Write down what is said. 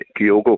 Kyogo